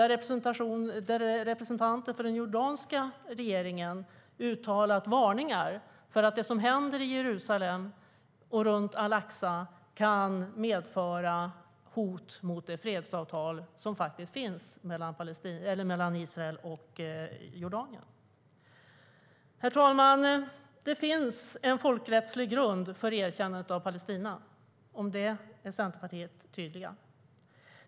Representanter för den jordanska regeringen har uttalat varningar för att det som händer i Jerusalem och runt al-Aqsa kan medföra hot mot det fredsavtal som faktiskt finns mellan Israel och Jordanien. Herr talman! Det finns en folkrättslig grund för erkännandet av Palestina. När det gäller detta är Centerpartiet tydligt.